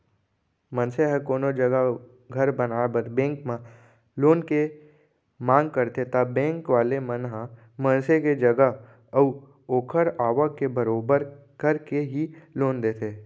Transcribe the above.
मनसे ह कोनो जघा घर बनाए बर बेंक म लोन के मांग करथे ता बेंक वाले मन ह मनसे के जगा अऊ ओखर आवक के बरोबर करके ही लोन देथे